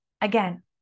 again